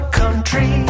country